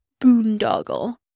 boondoggle